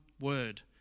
word